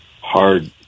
hard